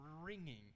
ringing